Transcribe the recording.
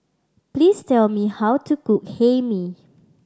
please tell me how to cook Hae Mee